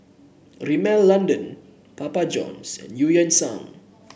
Rimmel London Papa Johns and Eu Yan Sang